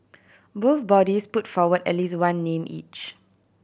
both bodies put forward at least one name each